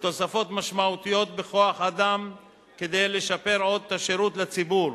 ולתוספות משמעותיות בכוח-אדם כדי לשפר עוד את השירות לציבור,